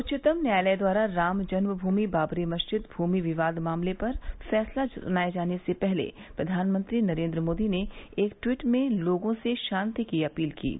उच्चतम न्यायालय द्वारा रामजन्म भूमि बाबरी मस्जिद भूमि विवाद मामले पर फैसला सुनाये जाने से पहले प्रधानमंत्री नरेन्द्र मोदी ने एक ट्वीट में लोगों से शांति की अर्पाल की है